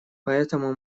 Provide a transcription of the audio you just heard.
поэтому